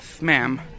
ma'am